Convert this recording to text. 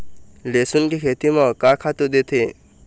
लेसुन के खेती म का खातू देथे?